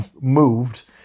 moved